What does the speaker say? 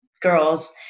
girls